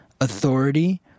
authority